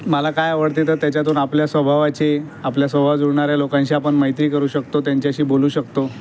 मला काय आवडते तर त्याच्यातून आपल्या स्वभावाचे आपल्या स्वभाव जुळणाऱ्या लोकांशी आपण मैत्री करू शकतो त्यांच्याशी बोलू शकतो